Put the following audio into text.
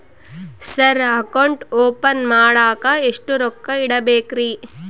Sir account open ಮಾಡಾಕ ಎಷ್ಟು ರೊಕ್ಕ ಇಡಬೇಕ್ರಿ?